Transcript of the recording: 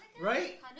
Right